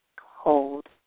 hold